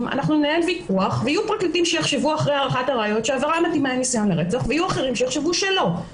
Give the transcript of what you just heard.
כשניתן להוכיח ניסיון לרצח אין הסדר